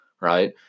right